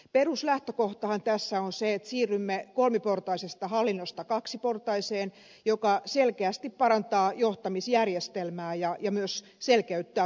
peruslähtökohtahan tässä on se että siirrymme kolmiportaisesta hallinnosta kaksiportaiseen joka selkeästi parantaa johtamisjärjestelmää ja myös selkeyttää tulosohjausta